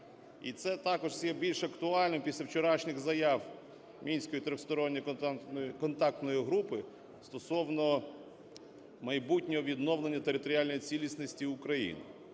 І це також стає більш актуальним після вчорашніх заяв мінської тристоронньої контактної групи стосовно майбутнього відновлення територіальної цілісності України.